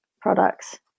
products